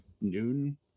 noon